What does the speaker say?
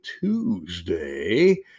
tuesday